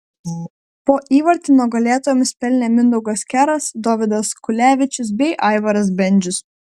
po įvartį nugalėtojams pelnė mindaugas keras dovydas kulevičius bei aivaras bendžius